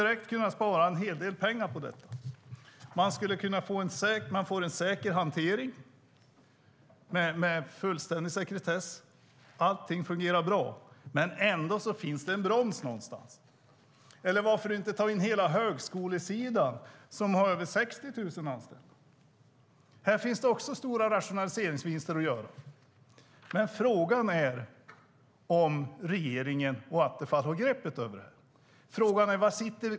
Man kunde spara en hel del pengar, och man skulle få en säker hantering med fullständig sekretess. Allt fungerar bra, men det finns en broms någonstans. Eller varför inte ta in hela högskolesektorn med över 60 000 anställda? Också här finns stora rationaliseringsvinster att göra. Frågan är om regeringen och Attefall har grepp om det.